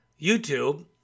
youtube